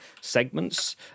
segments